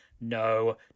No